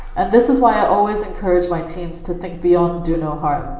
and this is why i always encourage my teams to think beyond do no harm.